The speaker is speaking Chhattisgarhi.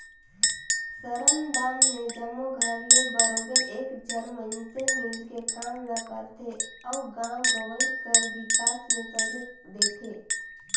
श्रमदान में जम्मो घर ले बरोबेर एक झन मइनसे मिलके काम ल करथे अउ गाँव गंवई कर बिकास में सहयोग देथे